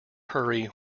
hurry